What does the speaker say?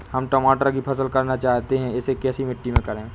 हम टमाटर की फसल करना चाहते हैं इसे कैसी मिट्टी में करें?